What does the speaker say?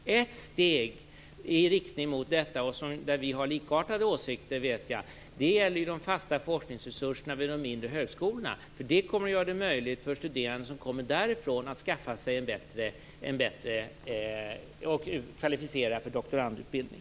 Ett steg i riktning mot detta, där jag vet att vi har likartade åsikter, är de fasta forskningsresurserna vid de mindre högskolorna. Det kommer att göra det möjligt för studerande som kommer därifrån att kvalificera sig för doktorandutbildning.